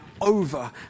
over